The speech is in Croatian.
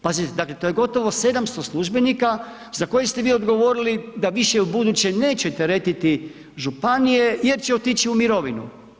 Pazite, dakle, to je gotovo 700 službenika za koje ste vi odgovorili da više ubuduće neće teretiti županije jer će otići u mirovinu.